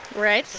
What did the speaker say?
right.